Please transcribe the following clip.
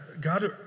God